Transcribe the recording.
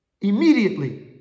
immediately